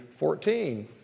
14